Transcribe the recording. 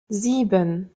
sieben